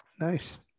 nice